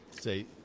Say